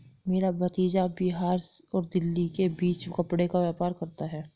मेरा भतीजा बिहार और दिल्ली के बीच कपड़े का व्यापार करता है